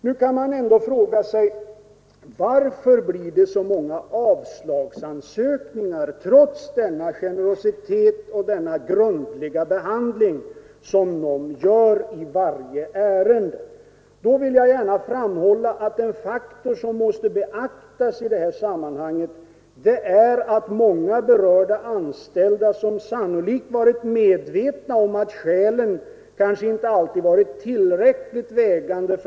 Nu kan man ändå fråga sig: Varför blir det så många avslagsansökningar trots denna generositet och den grundliga behandling som NOM underkastar varje ärende? Då vill jag gärna framhålla att en faktor som måste beaktas i detta sammanhang är att många berörda anställda sannolikt varit medvetna om att de skäl som vederbörande anfört och åberopat kanske inte alltid varit tillräckligt vägande.